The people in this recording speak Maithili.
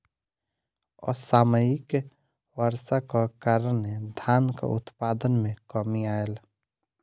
असामयिक वर्षाक कारणें धानक उत्पादन मे कमी आयल